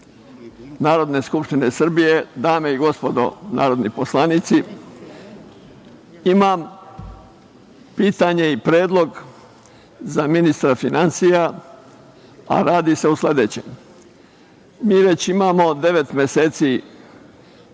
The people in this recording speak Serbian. Narodne skupštine Srbije, dame i gospodo narodni poslanici, imam pitanje i predlog za ministra finansija, a radi se o sledećem. Mi već imamo devet meseci